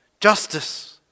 justice